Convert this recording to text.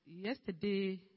yesterday